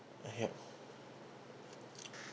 yup